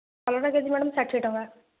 କଲରା KG madam ଷାଠିଏ ଟଙ୍କା